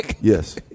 Yes